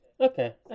Okay